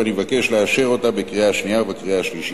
ואני מבקש לאשר אותה בקריאה שנייה ובקריאה שלישית.